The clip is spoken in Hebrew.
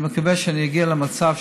אני מקווה שאני אגיע למצב,